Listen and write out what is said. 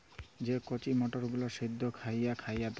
যে কঁচি মটরগুলা সিদ্ধ ক্যইরে খাউয়া হ্যয়